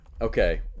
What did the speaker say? Okay